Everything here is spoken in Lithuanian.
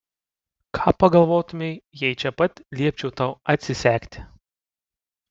ką pagalvotumei jei čia pat liepčiau tau atsisegti